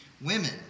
women